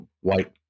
white